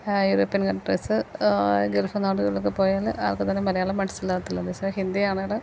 European countries Gulf നാടുകളിലൊക്കെ പോയാൽ അവര്ക്കൊന്നും തന്നെ മലയാളം മനസ്സിലാവത്തില്ല പക്ഷെ ഹിന്ദിയാണെങ്കിൽ